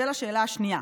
זה לשאלה השנייה.